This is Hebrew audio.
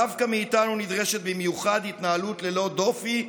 דווקא מאיתנו נדרשת במיוחד התנהלות ללא דופי.